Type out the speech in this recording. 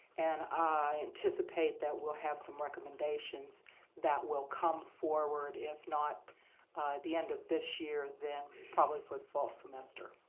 and i anticipate that we'll have some recommendations that will come forward if not the end of this year, then probably for the fall semester.